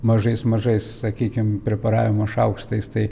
mažais mažais sakykim preparavimo šaukštais tai